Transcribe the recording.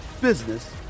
business